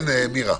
בבקשה.